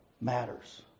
matters